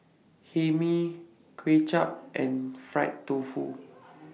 Hae Mee Kuay Chap and Fried Tofu